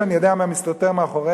שאני יודע מה מסתתר מאחוריהם.